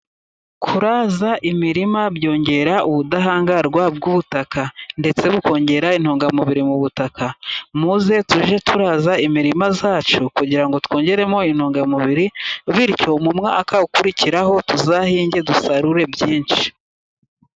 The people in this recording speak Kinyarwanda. Kuraza imirima byongera ubudahangarwa bw'ubutaka. Ndetse bukongera intungamubiri mu butaka. Muze tujye turaza imirima yacu, kugira ngo twongeremo intungamubiri. Bityo mu mwaka ukurikiraho tuzahinge dusarure byinshi.